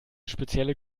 spezielle